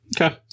Okay